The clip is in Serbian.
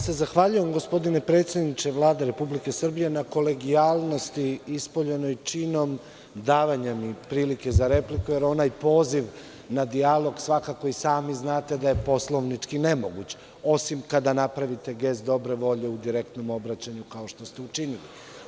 Zahvaljujem se gospodine predsedniče Vlade Republike Srbije na kolegijalnosti ispoljenoj činom davanjem mi prilike za repliku, jer onaj poziv na dijalog svakako i sami znate da je poslovnički nemoguć, osim kada napravite gest dobre volje u direktnom obraćanju, kao što ste učinili.